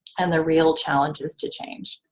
and the real challenges to change.